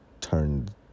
turned